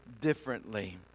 differently